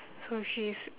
so she's mm